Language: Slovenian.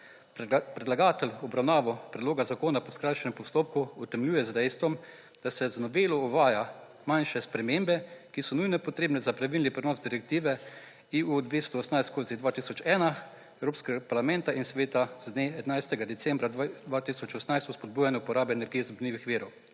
Predlagatelj obravnavo predloga zakona po skrajšanem postopku utemeljuje z dejstvo, da se z novelo uvaja manjše spremembe, ki so nujno potrebne za pravilni prenos direktive EU 218/2001 Evropskega parlamenta in sveta z dne 11. decembra 2018 o spodbujanju porabe energije iz obnovljivih virov.